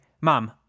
mom